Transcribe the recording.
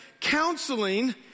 Counseling